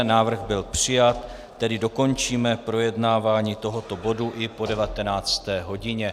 Návrh byl přijat, tedy dokončíme projednávání bodu i po 19. hodině.